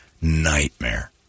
Nightmare